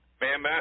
Ma'am